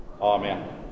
Amen